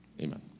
amen